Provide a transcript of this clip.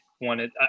wanted